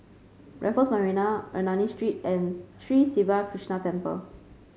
Raffles Marina Ernani Street and Sri Siva Krishna Temple